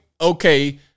okay